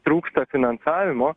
trūksta finansavimo